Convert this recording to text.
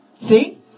See